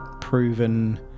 proven